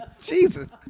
Jesus